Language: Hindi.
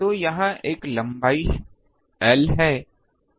तो यह एक लंबाई l है